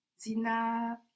ZINA